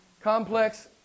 complex